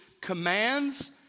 commands